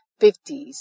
50s